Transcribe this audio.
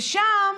ושם